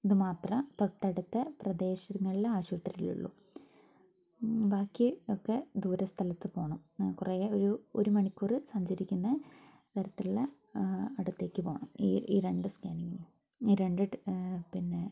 ഇതു മാത്രം തൊട്ടടുത്ത പ്രദേശങ്ങളിലെ ആശുപത്രികളിലുള്ളൂ ബാക്കി ഒക്കെ ദൂരസ്ഥലത്ത് പോകണം കുറേ ഒരു ഒരു മണിക്കൂർ സഞ്ചരിക്കുന്ന തരത്തിലുള്ള അടുത്തേക്ക് പോകണം ഈ ഈ രണ്ട് സ്കാനിങ്ങിനും ഈ രണ്ട് പിന്നെ